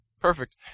Perfect